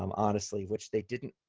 um honestly, which they didn't.